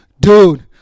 dude